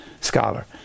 scholar